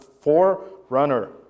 forerunner